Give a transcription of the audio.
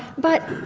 but